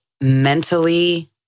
mentally